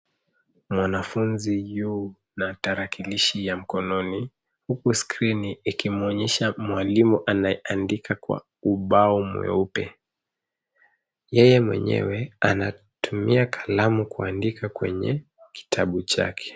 Mwanafunzi yu na tarakilishi ya mkononi huku skrini ikimwonyesha mwalimu anayeandika kwa ubao mweupe yeye mwenyewe anatumia kalamu kuandika kwenye kitabu chake.